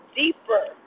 deeper